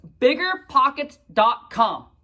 BiggerPockets.com